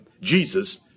Jesus